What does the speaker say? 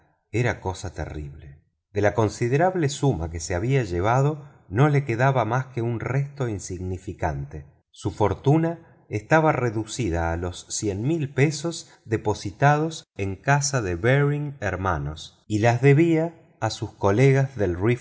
era cosa terrible de la considerable suma que se había llevado no le quedaba más que un resto insignificante su fortuna estaba reducida a las veinte mil libras depositadas en casa de baring hermanos y las debia a sus colegas del